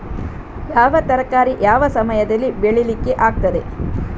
ಯಾವ ತರಕಾರಿ ಯಾವ ಸಮಯದಲ್ಲಿ ಬೆಳಿಲಿಕ್ಕೆ ಆಗ್ತದೆ?